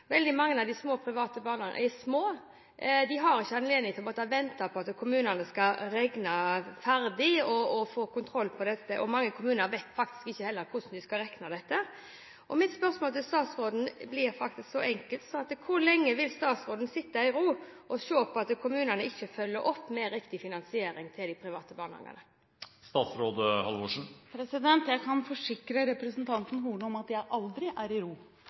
Veldig mange av de private barnehagene er små. De har ikke anledning til å måtte vente på at kommunene skal regne ferdig og få kontroll på dette, og mange kommuner vet faktisk ikke heller hvordan de skal regne ut dette. Mitt spørsmål til statsråden blir så enkelt som dette: Hvor lenge vil statsråden sitte i ro og se på at kommunene ikke følger opp med riktig finansiering til de private barnehagene? Jeg kan forsikre representanten Horne om at jeg aldri er i ro,